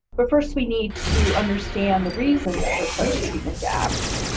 but first we need to understand the reasons for such treatment gaps.